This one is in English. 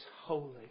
holy